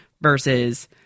versus